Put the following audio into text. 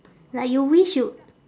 like you wish you